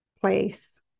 place